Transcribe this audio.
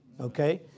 okay